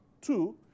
Two